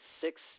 six